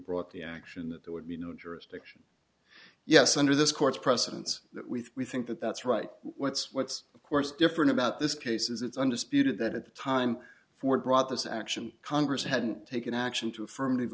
brought the action that there would be no jurisdiction yes under this court's precedents that we think that that's right what's what's of course different about this case is it's undisputed that at the time for brought this action congress hadn't taken action to affirmative